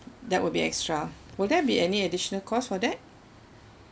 that will be extra will there be any additional cost for that